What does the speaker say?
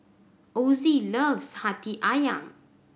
Ossie loves Hati Ayam